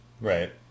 Right